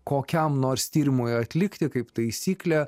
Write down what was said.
kokiam nors tyrimui atlikti kaip taisyklė